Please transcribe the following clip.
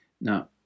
Now